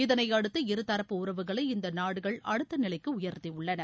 இதளை அடுத்து இருதரப்பு உறவுகளை இந்த நாடுகள் அடுத்த நிலைக்கு உயர்த்த உள்ளன